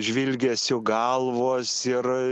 žvilgesiu galvos ir